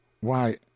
Why